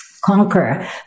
conquer